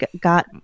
got